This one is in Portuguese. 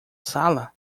sala